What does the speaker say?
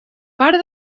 part